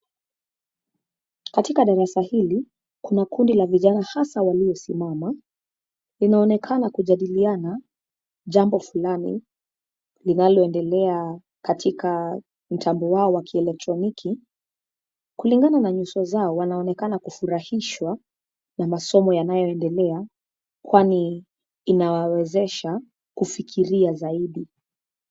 Katika darasa hili, kuna kundi la vijana hasa waliosimama. Linaonekana kujadiliana jambo fulani linaloendelea katika mtambo wao wa kielektroniki. Kulingana na nyuso zao wanaonekana kufurahishwa na masomo yanayoendelea kwani inawawezesha kufikiria zaidi.